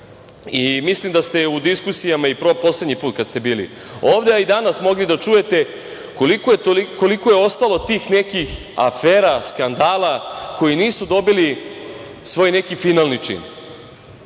Mislim da ste u diskusijama i poslednji put kad ste bili ovde, a i danas, mogli da čujete koliko je ostalo tih nekih afera, skandala koji nisu dobili neki svoj finalni